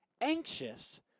anxious